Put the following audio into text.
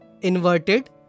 inverted